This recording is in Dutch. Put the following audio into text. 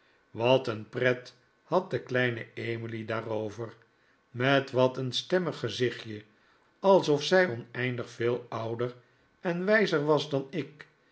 wat een pret had de kleine emily daarover met wat een stemmig gezichtje alsof zij oneindig veel ouder en wijzer was dan ik